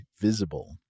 Visible